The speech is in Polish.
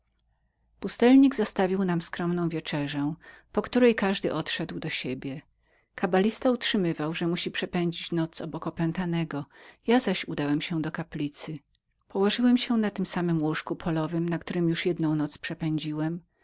pustelnik zastawił nam skromną wieczerzę po której każdy odszedł do siebie kabalista utrzymywał że musi przepędzić noc obok opętanego ja zaś udałem się do kaplicy położyłem się na tem samem łożu z mchu na którem już jednę noc przepędziłem